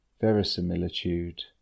verisimilitude